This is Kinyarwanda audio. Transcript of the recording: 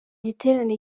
giterane